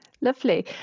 Lovely